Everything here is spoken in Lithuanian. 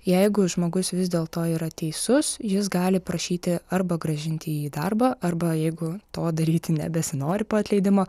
jeigu žmogus vis dėlto yra teisus jis gali prašyti arba grąžinti į darbą arba jeigu to daryti nebesinori po atleidimo